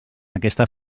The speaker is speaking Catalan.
aquesta